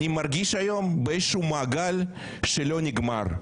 אני מרגיש היום באיזשהו מעגל שלא נגמר.